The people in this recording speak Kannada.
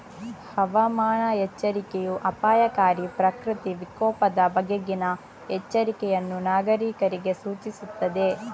ಹವಾಮಾನ ಎಚ್ಚರಿಕೆಯೂ ಅಪಾಯಕಾರಿ ಪ್ರಕೃತಿ ವಿಕೋಪದ ಬಗೆಗಿನ ಎಚ್ಚರಿಕೆಯನ್ನು ನಾಗರೀಕರಿಗೆ ಸೂಚಿಸುತ್ತದೆ